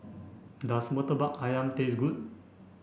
does Murtabak Ayam taste good